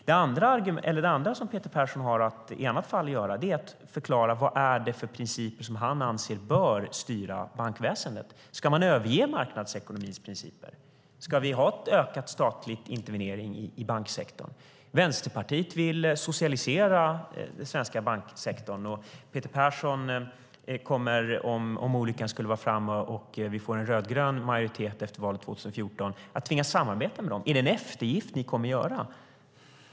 Det andra alternativ som Peter Persson har är att förklara vad det är för principer som han anser bör styra bankväsendet. Ska man överge marknadsekonomins principer? Ska vi ha ökad statlig intervenering i banksektorn? Vänsterpartiet vill socialisera den svenska banksektorn. Om olyckan skulle vara framme och vi får en rödgrön majoritet efter valet 2014 kommer Peter Persson att tvingas samarbeta med dem. Är det en eftergift ni kommer att göra?